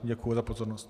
Děkuji za pozornost.